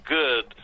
good